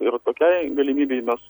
ir tokiai galimybei mes